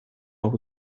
hau